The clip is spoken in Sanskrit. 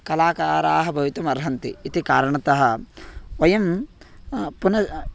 कलाकाराः भवितुमर्हन्ति इति कारणतः वयं पुन